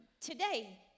today